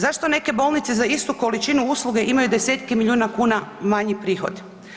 Zašto neke bolnice za istu količinu usluge imaju desetke miliona kuna manji prihod?